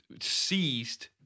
seized